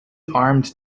armed